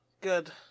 Good